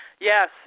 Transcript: Yes